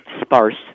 sparse